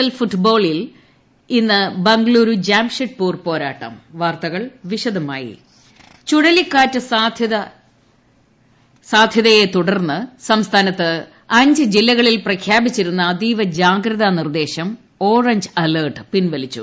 L ഫൂട്ബോളിൽ ഇന്ന് ബംഗ്ളൂരു ജംഷഡ്പൂർ പോരാട്ടം ടട മഴ ചുഴലിക്കാറ്റ് സാധ്യതയെ തുടർന്ന് സംസ്ഥാനത്തെ അഞ്ച് ജില്ലകളിൽ പ്രഖ്യാപിച്ചിരുന്ന അതീവ ജാഗ്രതാ നിർദ്ദേശം ഓറഞ്ച് അലർട്ട് പിൻവലിച്ചു